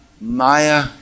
Maya